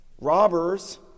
Robbers